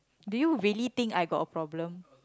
do you really think I got a problem